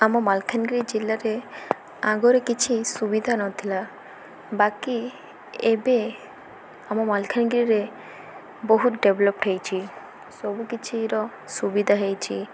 ଆମ ମାଲକାନଗିରି ଜିଲ୍ଲାରେ ଆଗରେ କିଛି ସୁବିଧା ନଥିଲା ବାକି ଏବେ ଆମ ମାଲକାନଗିରିରେ ବହୁତ ଡ଼େଭଲପ୍ଡ ହୋଇଛି ସବୁକିଛିର ସୁବିଧା ହୋଇଛି